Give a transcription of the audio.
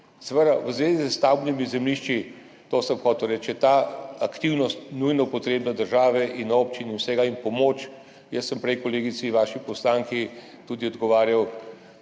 stvari. V zvezi s stavbnimi zemljišči, to sem hotel reči, je ta aktivnost nujno potrebna, države, občin in vsega, ter pomoč. Jaz sem prej vaši kolegici poslanki tudi odgovarjal,